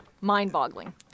mind-boggling